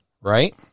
right